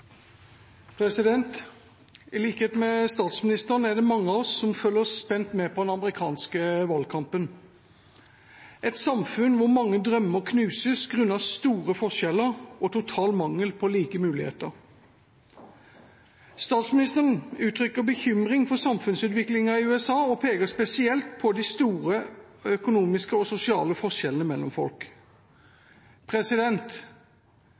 I likhet med statsministeren er det mange av oss som følger spent med på den amerikanske valgkampen – et samfunn hvor mange drømmer knuses grunnet store forskjeller og total mangel på like muligheter. Statsministeren uttrykker bekymring for samfunnsutviklingen i USA og peker spesielt på de store økonomiske og sosiale forskjellene mellom folk.